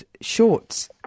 shorts